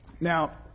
Now